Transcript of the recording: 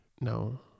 No